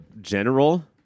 general